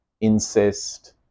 incest